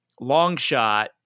Longshot